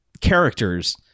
Characters